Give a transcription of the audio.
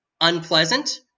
unpleasant